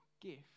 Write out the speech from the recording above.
gift